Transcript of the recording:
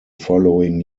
following